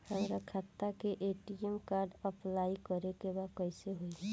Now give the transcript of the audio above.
हमार खाता के ए.टी.एम कार्ड अप्लाई करे के बा कैसे होई?